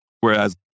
whereas